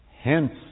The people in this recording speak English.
Hence